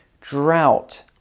drought